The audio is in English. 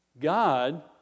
God